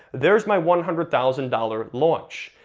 there's my one hundred thousand dollars launch.